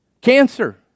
cancer